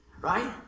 Right